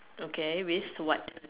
okay with what